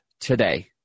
today